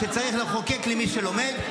שצריך לחוקק למי שלומד,